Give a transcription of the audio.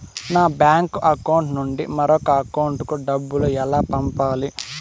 నా bank account నుండి మరొకరి అకౌంట్ కు డబ్బులు ఎలా పంపాలి